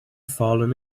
fallen